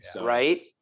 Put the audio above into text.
Right